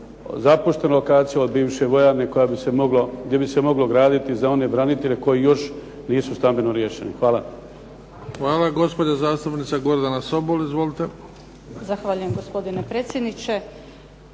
zapuštena lokacija od bivše vojarne gdje bi se moglo graditi za one branitelje koji još nisu stambeno riješeni. Hvala. **Bebić, Luka (HDZ)** Hvala. Gospođa zastupnica Gordana Sobol. Izvolite. **Sobol, Gordana (SDP)** Zahvaljujem. Gospodine predsjedniče.